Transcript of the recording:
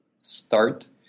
start